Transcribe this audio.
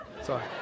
Sorry